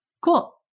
cool